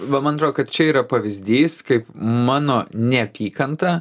va man atrodo kad čia yra pavyzdys kaip mano neapykanta